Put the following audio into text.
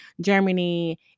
Germany